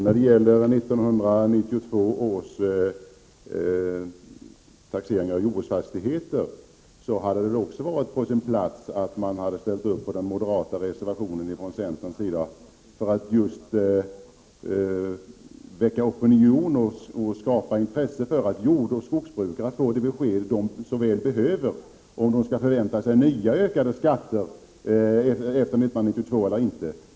När det gäller 1992 års taxering av jordbruksfastigheter hade det väl också varit på sin plats att man från centerns sida hade ställt upp för den moderata reservationen, just för att väcka opinion och skapa intresse för att jordoch skogsbrukare får det besked de så väl behöver, om de skall förvänta sig nya ökade skatter efter 1992 eller inte.